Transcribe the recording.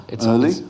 Early